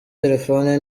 terefone